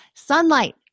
Sunlight